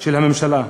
של הממשלה.